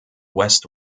west